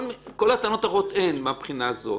כל הטענות האחרות אין מהבחינה הזאת,